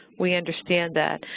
we understand that.